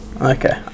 Okay